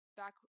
back